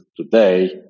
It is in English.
today